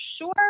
sure